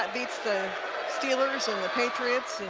beats the steelers and the patriots